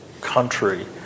country